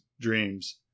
dreams